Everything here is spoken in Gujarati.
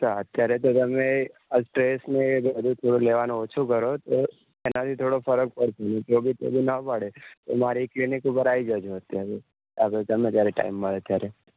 અત્યારે તો તમે સ્ટ્રેસને એ બધું થોડું લેવાનું ઓછું કરો તો એનાથી થોડો ફરક પડશે તો બી તમને ના પડે તો મારી ક્લિનિક ઉપર આવી જજો અત્યારે આગળ ગમે ત્યારે ટાઇમ મળે ત્યારે